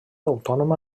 autònoma